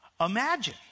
Imagine